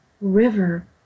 river